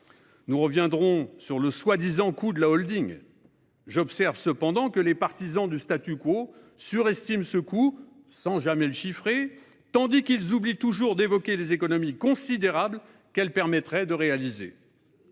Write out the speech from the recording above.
Nous reviendrons sur le prétendu coût de la holding. J'observe cependant que les partisans du surestiment ce coût, sans jamais le chiffrer, tandis qu'ils oublient toujours d'évoquer les économies considérables qu'elle permettrait de réaliser.